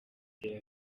tel